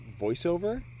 voiceover